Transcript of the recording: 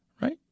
right